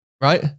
right